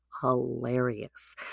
hilarious